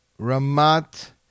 Ramat